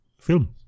film